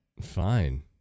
Fine